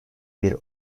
bir